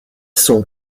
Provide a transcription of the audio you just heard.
son